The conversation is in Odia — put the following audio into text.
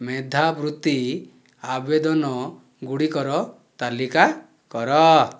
ମେଧାବୃତ୍ତି ଆବେଦନଗୁଡ଼ିକର ତାଲିକା କର